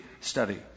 study